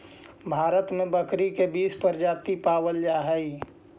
भारत में बकरी के बीस प्रजाति पावल जा हइ